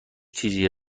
چیزی